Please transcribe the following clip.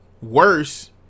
worse